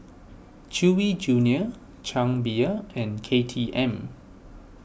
Chewy Junior Chang Beer and K T M